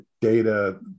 data